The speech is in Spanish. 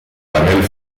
panel